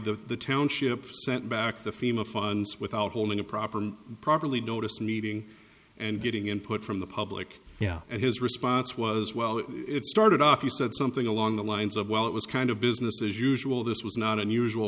the township sent back the fema funds without holding a proper properly doris meeting and getting input from the public yeah his response was well it started off you said something along the lines of well it was kind of business as usual this was not unusual